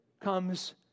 comes